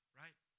right